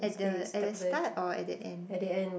at the at the start or at the end